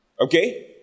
Okay